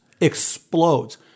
explodes